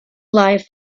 life